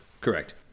correct